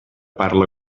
parla